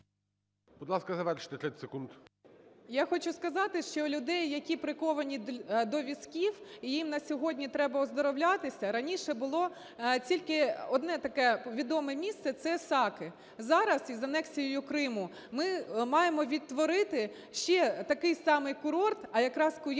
Я хочу сказати, що людей, які приковані до візків і їм на сьогодні треба оздоровлятися, раніше було тільки одне таке відоме місце – це Саки, зараз із анексією Криму ми маємо відтворити ще такий самий курорт, а якраз Куяльницька